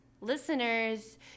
listeners